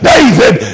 David